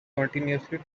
continuously